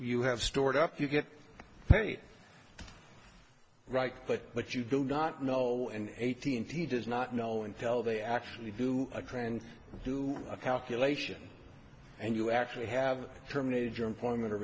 you have stored up you get paid right but what you do not know and eighteenth he does not know until they actually do agree and do a calculation and you actually have terminated your employment